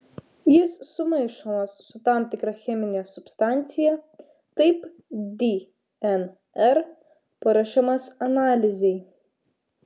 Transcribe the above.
jis sumaišomas su tam tikra chemine substancija taip dnr paruošiamas analizei